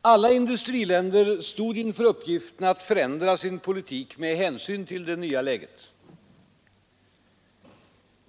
Alla industriländer stod inför uppgiften att förändra sin politik med hänsyn till det nya läget.